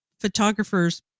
photographer's